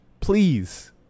please